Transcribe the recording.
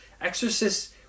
Exorcist